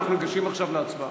אנחנו ניגשים עכשיו להצבעה.